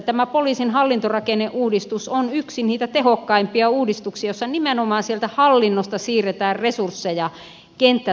tämä poliisin hallintorakenneuudistus on yksi niitä tehokkaimpia uudistuksia joissa nimenomaan sieltä hallinnosta siirretään resursseja kenttätoimintaan